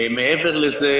מעבר לזה,